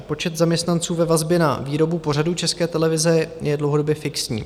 Počet zaměstnanců ve vazbě na výrobu pořadů České televize je dlouhodobě fixní.